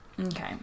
Okay